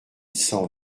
cent